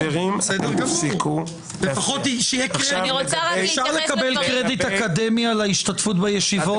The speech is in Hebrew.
אפשר לקבל קרדיט אקדמי על ההשתתפות בישיבות?